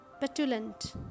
petulant